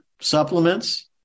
supplements